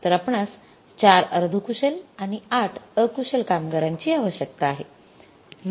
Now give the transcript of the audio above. तर आपणास ४ अर्धकुशल आणि ८ अकुशल कामगारांची आवश्यकता आहे